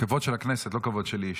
כבוד של הכנסת, לא כבוד שלי אישית.